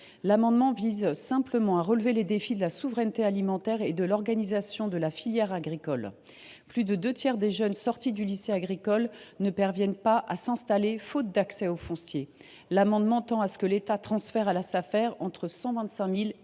amendement vise simplement à relever les défis de la souveraineté alimentaire et de l’organisation de la filière agricole. Plus de deux tiers des jeunes sortis du lycée agricole ne parviennent pas à s’installer, faute d’accès au foncier. L’amendement tend à ce que l’État transfère à la Safer entre 125 000 et